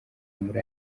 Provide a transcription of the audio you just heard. muri